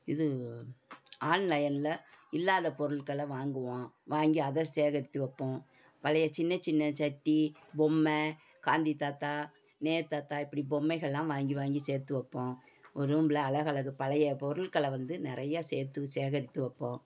இது ஆன்லைன்ல இல்லாத பொருள்களை வாங்குவோம் வாங்கி அதை சேகரித்து வைப்போம் பழைய சின்ன சின்ன சட்டி பொம்மை காந்தி தாத்தா நேரு தாத்தா இப்படி பொம்மைகள்லாம் வாங்கி வாங்கி சேர்த்து வைப்போம் ஒரு ரூம்ல அழகலகு பழைய பொருள்களை வந்து நிறையா சேர்த்து சேகரித்து வைப்போம்